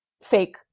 fake